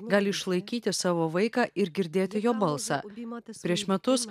gali išlaikyti savo vaiką ir girdėti jo balsą prieš metus